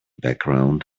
background